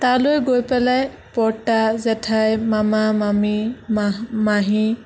তালৈ গৈ পেলাই বৰ্তা জেঠাই মামা মামী মা মাহী